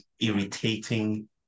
irritating